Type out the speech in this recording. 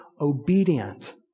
obedient